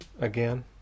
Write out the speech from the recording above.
again